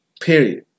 Period